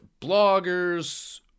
bloggers